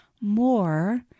more